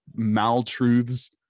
maltruths